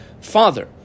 father